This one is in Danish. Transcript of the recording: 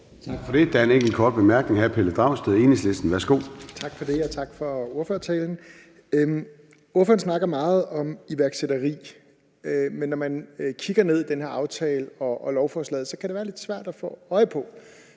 Tak for det. Der er en enkelt kort bemærkning fra hr. Pelle Dragsted, Enhedslisten. Værsgo. Kl. 17:23 Pelle Dragsted (EL): Tak for det, og tak for ordførertalen. Ordføreren snakkede meget om iværksætteri, men når man kigger ned i den her aftale og i lovforslaget, kan det være det svært at få øje på